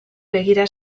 begira